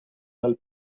dal